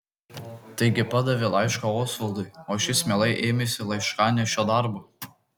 taigi padavė laišką osvaldui o šis mielai ėmėsi laiškanešio darbo